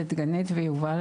לדגנית ויובל,